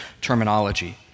terminology